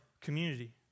community